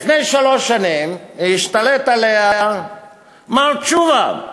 לפני שלוש שנים השתלט עליה מר תשובה.